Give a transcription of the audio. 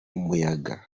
umuyaga